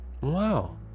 wow